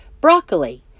broccoli